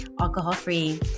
alcohol-free